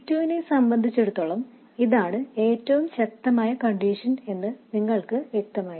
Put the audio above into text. C 2 നെ സംബന്ധിച്ചിടത്തോളം ഇതാണ് ഏറ്റവും ശക്തമായ കണ്ടിഷൻ എന്നു നിങ്ങൾക്ക് വ്യക്തമായി